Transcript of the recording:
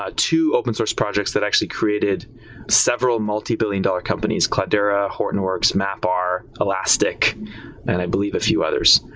ah two open source projects that actually created several multibillion-dollar companies, cloudera, hortonworks, mapr, elastic and i believe a few others.